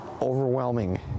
overwhelming